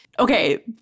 Okay